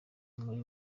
muri